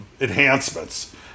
enhancements